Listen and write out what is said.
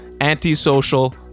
Anti-Social